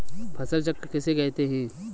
फसल चक्र किसे कहते हैं?